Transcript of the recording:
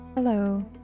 Hello